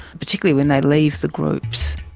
particularly when they leave the groups.